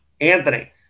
anthony